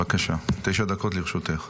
בבקשה, תשע דקות לרשותך.